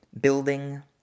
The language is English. building